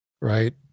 right